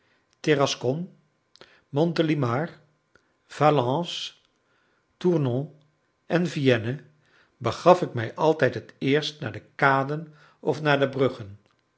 valence tournon en vienne begaf ik mij altijd het eerst naar de kaden of naar de bruggen